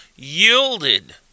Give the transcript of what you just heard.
yielded